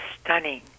stunning